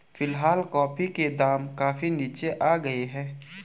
फिलहाल कॉफी के दाम काफी नीचे आ गए हैं